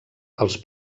els